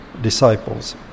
disciples